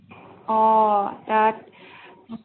অঁ তাত